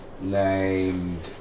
named